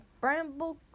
Bramble